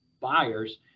buyers